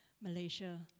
Malaysia